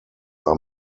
are